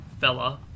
fella